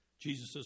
Jesus